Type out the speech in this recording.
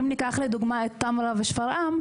אם ניקח לדוגמא את טמרה ושפרעם,